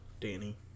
Danny